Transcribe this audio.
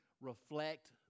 Reflect